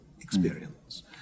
experience